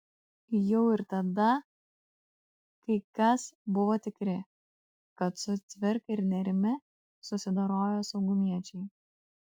jau ir tada kai kas buvo tikri kad su cvirka ir nėrimi susidorojo saugumiečiai